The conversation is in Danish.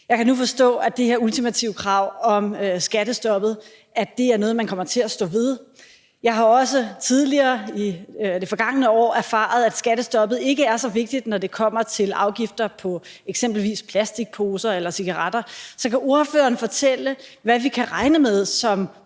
Jeg kan nu forstå, at det her ultimative krav om skattestoppet er noget, man kommer til at stå ved. Jeg har også i det forgangne år erfaret, at skattestoppet ikke er så vigtigt, når det kommer til afgifter på eksempelvis plastikposer eller cigaretter. Så kan ordføreren fortælle, hvad vi som borgerlig